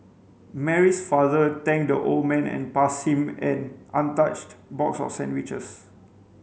Mary's father thanked the old man and passed him an untouched box of sandwiches